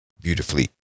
beautifully